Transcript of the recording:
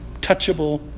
touchable